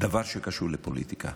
דבר שקשור לפוליטיקה.